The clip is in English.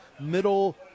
middle